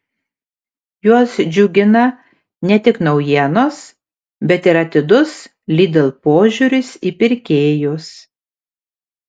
juos džiugina ne tik naujienos bet ir atidus lidl požiūris į pirkėjus